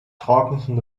tragenden